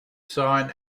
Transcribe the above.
sign